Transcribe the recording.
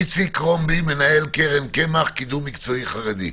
איציק קרומבי, מנהל קרן קמ"ח קידום מקצועי חרדי,